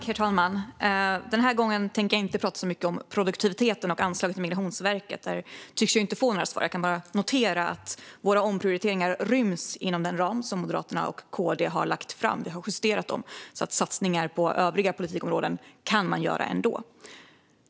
Herr talman! Den här gången tänker jag inte tala så mycket om produktiviteten och ansökningar till Migrationsverket, för jag tycks inte få några svar. Jag kan bara notera att våra omprioriteringar ryms inom den ram som Moderaterna och KD har lagt fram. Vi har justerat dem så att man kan göra satsningar på övriga politikområden ändå.